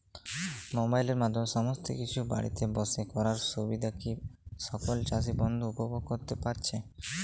মোবাইলের মাধ্যমে সমস্ত কিছু বাড়িতে বসে করার সুবিধা কি সকল চাষী বন্ধু উপভোগ করতে পারছে?